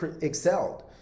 excelled